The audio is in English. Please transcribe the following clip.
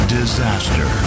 disaster